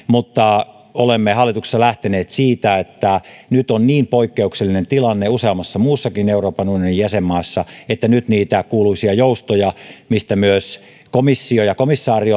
mutta olemme hallituksessa lähteneet siitä että nyt on niin poikkeuksellinen tilanne useammassa muussakin euroopan unionin jäsenmaassa että nyt käytetään niitä kuuluisia joustoja mistä myös komissio ja komissaari